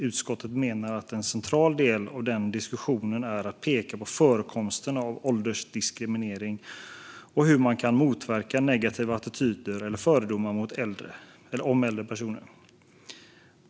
Utskottet menar att en central del av den diskussionen är att peka på förekomsten av åldersdiskriminering och hur man kan motverka negativa attityder eller fördomar om äldre personer."